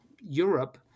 Europe